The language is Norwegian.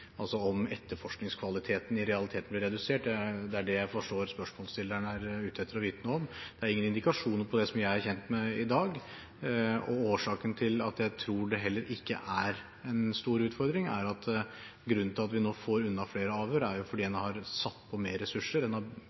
altså om etterforskningskvaliteten i realiteten blir redusert. Det er det jeg forstår at spørsmålsstilleren er ute etter å få vite noe om. Det er ingen indikasjoner på det som jeg er kjent med i dag. Og årsaken til at jeg heller ikke tror det er en stor utfordring, er at grunnen til at vi nå får unna flere avhør, er at en har satt inn flere ressurser. En har